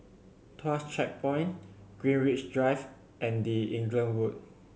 Tuas Checkpoint Greenwich Drive and The Inglewood